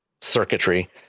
circuitry